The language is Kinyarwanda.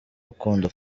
rukundo